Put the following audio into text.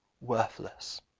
worthless